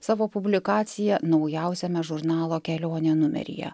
savo publikaciją naujausiame žurnalo kelionė numeryje